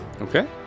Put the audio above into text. Okay